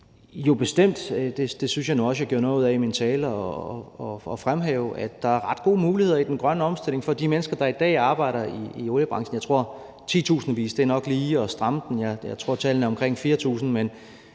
Jo, bestemt. Jeg synes nu også, jeg gjorde noget ud af i min tale at fremhæve, at der er ret gode muligheder i den grønne omstilling for de mennesker, der i dag arbejder i oliebranchen. Jeg tror, at titusindvis nok lige er at stramme den, jeg tror, at tallene er omkring 4.000, men